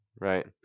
Right